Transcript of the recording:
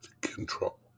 control